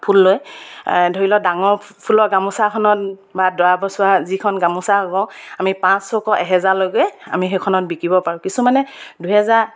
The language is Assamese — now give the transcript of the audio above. ফুল লৈ ধৰি লওক ডাঙৰ ফুলৰ গামোচাখনত বা দৰা বছোৱা যিখন গামোচা হ'ব আমি পাঁচশৰ পৰা এহেজাৰলৈকে আমি সেইখনত বিকিব পাৰোঁ কিছুমানে দুহেজাৰ